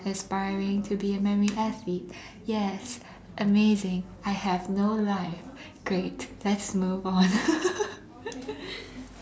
aspiring to be a memory athlete yes amazing I have no life great let's move on